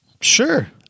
Sure